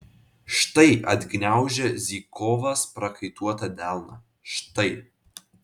štai atgniaužia zykovas prakaituotą delną štai